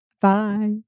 Bye